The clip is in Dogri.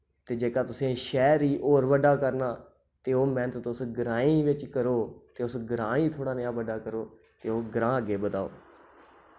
ते जेह्का तुसें शैह्र गी होर बड्डा करना ते ओह मैह्नत तुस ग्राएं बिच करो ते उस ग्रां ही थोह्ड़ा नेहा बड्डा करो ते ओह् ग्रां अग्गै बधाओ